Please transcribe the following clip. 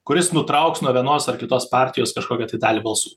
kuris nutrauks nuo vienos ar kitos partijos kažkokią tai dalį balsų